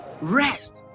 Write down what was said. rest